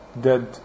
dead